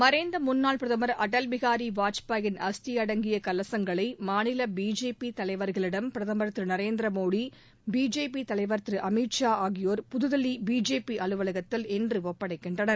மறைந்த முன்னாள் பிரதமர் அடல் பிஹாரி வாஜ்பேயின் அஸ்தி அடங்கிய கலசங்களை மாநில பிஜேபி பிரதமர் தலைவர்களிடம் திரு நரேந்திர மோடி பிஜேபி தலைவர் திரு அமித் ஷா ஆகியோர் புதுதில்லி பிஜேபி அலுவலகத்தில் இன்று ஒப்படைக்கின்றனர்